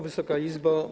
Wysoka Izbo!